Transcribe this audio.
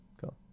cool